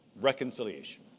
reconciliation